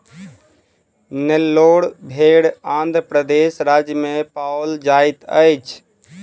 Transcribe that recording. नेल्लोर भेड़ आंध्र प्रदेश राज्य में पाओल जाइत अछि